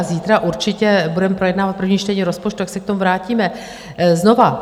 Zítra určitě budeme projednávat první čtení rozpočtu, tak se k tomu vrátíme znovu.